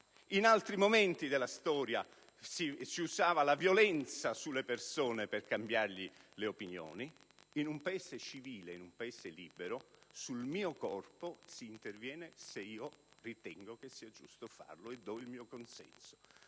in altri momenti della storia si usava la violenza sulle persone per cambiargli le opinioni; in un Paese civile, in un Paese libero, sul mio corpo si interviene se io ritengo sia giusto farlo e do il mio consenso.